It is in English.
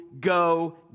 go